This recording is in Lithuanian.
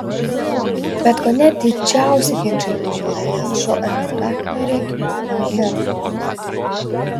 bet kone didžiausi ginčai užvirė dėl šio etnografinio regiono herbo